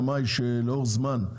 מבחינת העלויות ששמאי נותן בשמאות שלו,